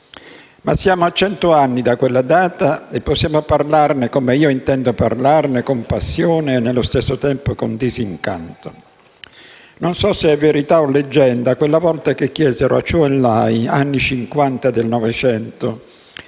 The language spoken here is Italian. ma siamo a cento anni da quella data e possiamo parlarne, come io intendo fare, con passione e nello stesso tempo con disincanto. Non so se è verità o leggenda, quella volta che chiesero a Chou en-Lai, anni Cinquanta del Novecento,